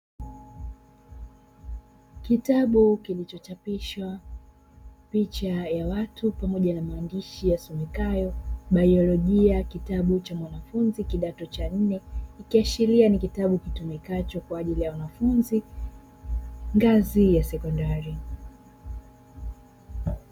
Kitabu kilichochapishwa picha ya watu pamoja na maandishi yasomekayo "biolojia kitabu cha wanafunzi kidato cha nne" ikiashiria ni kitabu kitumikacho kwa ajili ya wanafunzi ngazi ya sekondari.